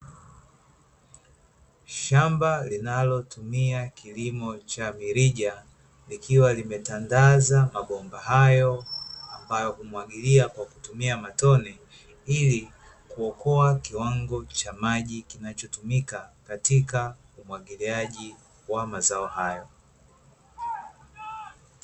Shamba linalotumia kilimo cha mirija, likiwa limetandaza mabomba hayo ambayo humwagilia kwa kutumia matone, ili kuokoa kiwango cha maji kinachotumika katika umwagiliaji wa mazao hayo.